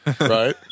right